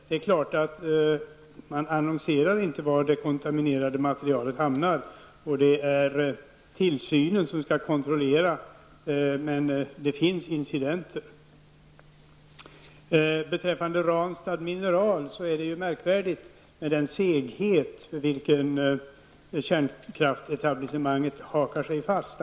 Det är klart att man inte annonserar var det kontaminerade avfallet hamnar. Tillsynsmyndigheterna skall kontrollera, men det förekommer incidenter. Det är märkvärdigt med vilken seghet kärnkraftsetablissemanget hakar sig fast.